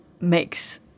makes